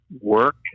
Work